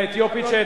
האתיופית,